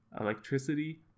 electricity